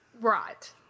Right